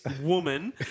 woman